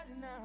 now